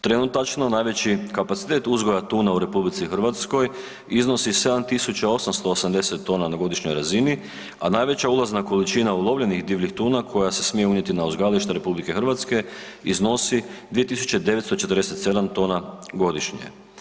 Trenutačno najveći kapacitet uzgoja tuna u RH iznosi 7.880 tona godišnjoj razini, a najveća ulazna količina ulovljenih divljih tuna koja se smije unijeti na uzgajališta RH iznosi 2.947 tona godišnje.